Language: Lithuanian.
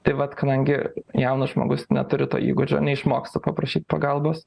tai vat kadangi jaunas žmogus neturi to įgūdžio neišmoksta paprašyt pagalbos